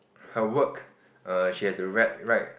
her work err she has to write write